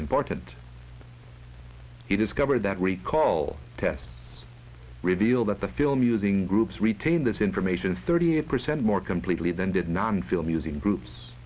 important he discovered that recall test revealed that the film using groups retain this information thirty eight percent more completely than did non feeling using groups